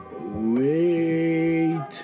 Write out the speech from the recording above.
Wait